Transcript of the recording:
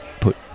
put